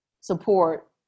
support